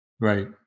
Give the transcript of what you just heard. Right